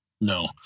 No